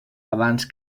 abans